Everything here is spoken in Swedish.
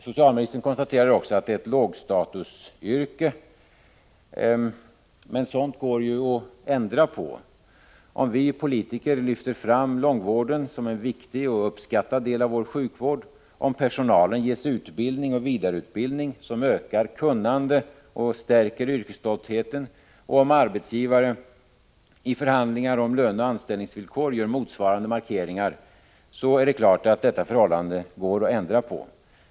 Socialministern konstaterar också att arbetet i långvården är ett lågstatusyrke, men sådant går ju att ändra på. Om vi politiker framhåller långvården som en viktig och uppskattad del av vår sjukvård, om personalen ges utbildning och vidareutbildning som ökar kunnande och stärker yrkesstoltheten och om arbetsgivare i förhandlingar om löner och anställningsvillkor gör motsvarande markeringar, är det klart att detta förhållande går att ändra på.